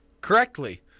correctly